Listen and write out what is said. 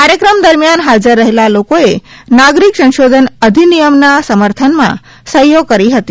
કાર્યક્રમ દરમિયાન હાજર રહેલા લોકોએ નાગરિક સંશોધન અધિનિયમના સમર્થનમાં સહીઓ કરી હતી